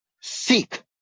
seek